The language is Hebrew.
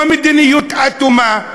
לא מדיניות אטומה.